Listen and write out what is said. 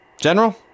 General